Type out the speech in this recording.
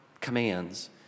commands